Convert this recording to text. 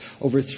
over